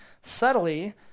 subtly